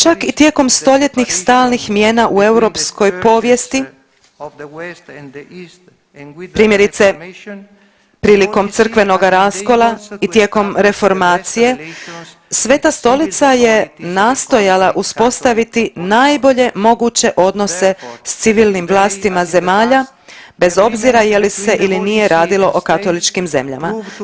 Čak i tijekom stoljetnih stalnih mijena u europskoj povijesti, primjerice prilikom crkvenoga raskola i tijekom reformacije Sveta Stolica je nastojala uspostaviti najbolje moguće odnose sa civilnim vlastima zemalja bez obzira je li se ili nije radilo o katoličkim zemljama.